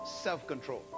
self-control